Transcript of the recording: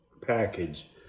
package